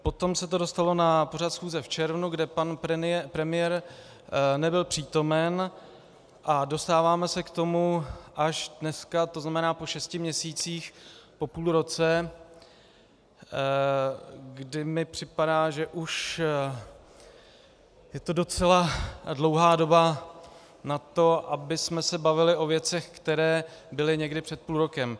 Potom se to dostalo na pořad schůze v červnu, kde pan premiér nebyl přítomen, a dostáváme se k tomu až dneska, tzn. po šesti měsících, po půl roce, kdy mi připadá, že už je to docela dlouhá doba na to, abychom se bavili o věcech, které byly někdy před půl rokem.